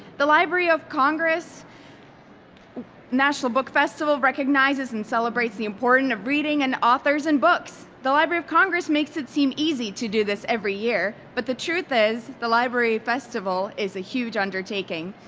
the library of congress national book festival recognizes and celebrates the importance of reading and authors and books. the library of congress makes it seem easy to do this every year, but the truth is the library festival is a huge undertaking.